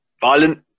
violent